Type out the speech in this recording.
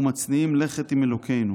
ומצניעים לכת עם אלוקינו.